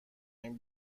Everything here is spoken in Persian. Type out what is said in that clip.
این